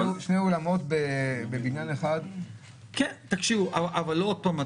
שני אולמות בבניין אחד --- אבל עוד פעם,